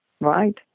Right